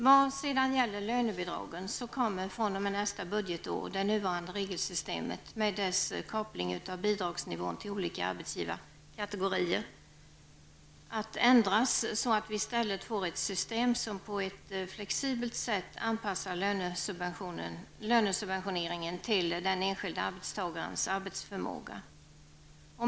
Vad gäller lönebidragen kommer fr.o.m. nästa budgetår det nuvarande regelsystemet, med dess koppling av bidragsnivån till olika arbetsgivarkategorier, att ändras, så att vi i stället får ett system som på ett flexibelt sätt anpassar lönesubventioneringen till den enskilde arbetstagarens arbetsförmåga.